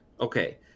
Okay